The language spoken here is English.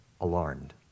alarmed